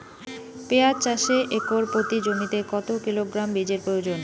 পেঁয়াজ চাষে একর প্রতি জমিতে কত কিলোগ্রাম বীজের প্রয়োজন?